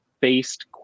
based